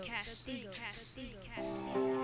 Castigo